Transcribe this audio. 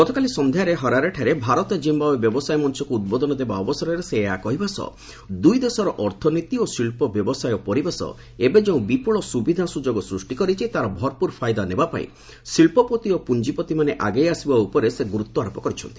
ଗତକାଲି ସନ୍ଧ୍ୟାରେ ହରାରେଠାରେ ଭାରତ ଜିମ୍ବାଓ୍ବେ ବ୍ୟବସାୟ ମଞ୍ଚକୁ ଉଦ୍ବୋଧନ ଦେବା ଅବସରରେ ସେ ଏହା କହିବା ସହ ଦୁଇ ଦେଶର ଅର୍ଥନୀତି ଓ ଶିଳ୍ପ ବ୍ୟବସାୟ ପରିବେଶ ଏବେ ଯେଉଁ ବିପୁଳ ସୁବିଧା ସୁଯୋଗ ସୃଷ୍ଟି କରିଛି ତା'ର ଭର୍ପର୍ ଫାଇଦା ନେବାପାଇଁ ଶିଳ୍ପପତି ଓ ପୁଞ୍ଜିପତିମାନେ ଆଗେଇ ଆସିବା ଉପରେ ଗୁରୁତ୍ୱାରୋପ କରିଛନ୍ତି